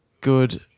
good